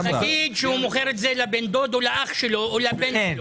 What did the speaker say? נגיד שהוא מוכר את זה לבן דוד או לאח שלו או לבן שלו.